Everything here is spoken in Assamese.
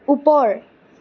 ওপৰ